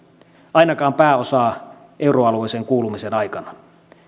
ainakaan pääosaltaan euroalueeseen kuulumisen aikana